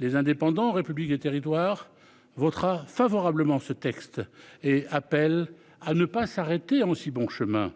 les indépendants République et Territoires votera favorablement ce texte et appelle à ne pas s'arrêter en si bon chemin.